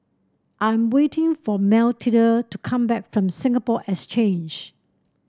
I'm waiting for Mathilde to come back from Singapore Exchange